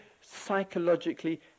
psychologically